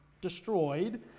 destroyed